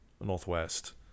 northwest